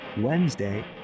Wednesday